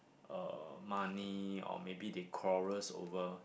uh money or maybe they quarrels over